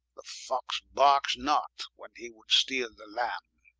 the fox barkes not, when he would steale the lambe.